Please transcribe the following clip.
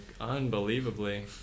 unbelievably